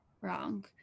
wrong